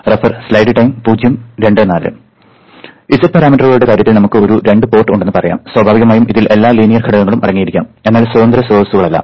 z പാരാമീറ്ററുകളുടെ കാര്യത്തിൽ നമുക്ക് ഒരു 2 പോർട്ട് ഉണ്ടെന്ന് പറയാം സ്വാഭാവികമായും ഇതിൽ എല്ലാ ലീനിയർ ഘടകങ്ങളും അടങ്ങിയിരിക്കാം എന്നാൽ സ്വതന്ത്ര സ്രോതസ്സുകളല്ല